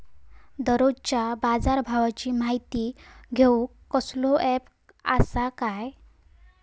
दररोजच्या बाजारभावाची माहिती घेऊक कसलो अँप आसा काय?